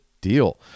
deal